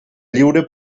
lliure